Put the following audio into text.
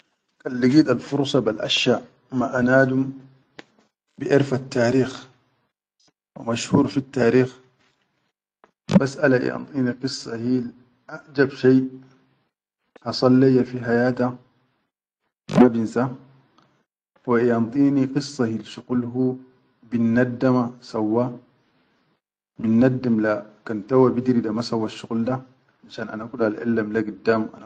Kan ligit al fursa bal assha maʼa nadum biʼerfal tarikh wa mashhud fi tarikh basʼala iya dinin isha hil ajjab shai asal leya fihayata ma binsa wa iyandini isha shuqul binnaddama sauwa minaddim leha kan tauwa bidiri da masauwa shuqul da finshan ana kula alʼellam le giddam.